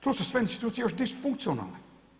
Tu su sve institucije još disfunkcionalne.